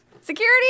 Security